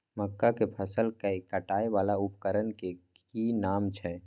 मक्का के फसल कै काटय वाला उपकरण के कि नाम छै?